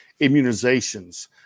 immunizations